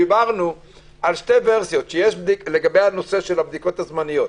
דיברנו על שתי ורסיות לגבי הנושא של הבדיקות הזמניות.